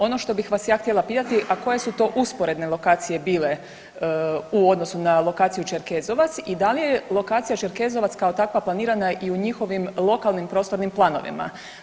Ono što bih vas ja htjela pitati, a koje su to usporedne lokacije bile u odnosu na lokaciju Čerkezovac i da li je lokacija Čerkezovac kao takva planirana i u njihovim lokalnim prostornim planovima?